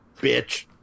Bitch